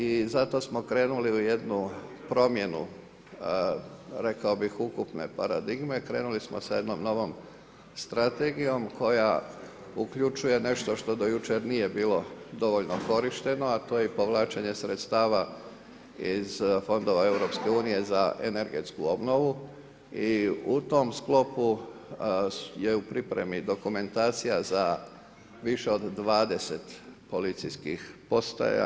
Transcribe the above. I zato smo krenuli u jednu promjenu, rekao bi ukupne paradigme, krenuli smo s jednom novom strategijom, koja uključuje nešto što do jučer nije bilo dovoljno korišteno, a to je povlačenje sredstava iz fondova EU, za energetsku obnovu i u tom sklopu je u pripremi dokumentacija za više od 20 policijskih postaja.